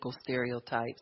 stereotypes